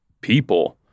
people